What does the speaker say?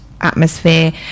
atmosphere